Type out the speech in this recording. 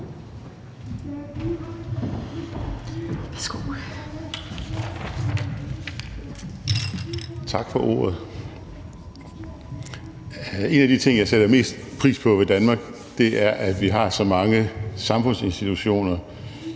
Tak for ordet. En af de ting, jeg sætter mest pris på ved Danmark, er, at vi har så mange samfundsinstitutioner,